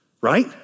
right